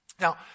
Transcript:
Now